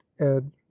ed